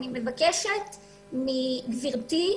אני מבקשת מגברתי,